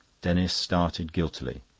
denis started guiltily.